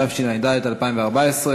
התשע"ד 2014,